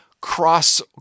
cross